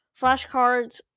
Flashcards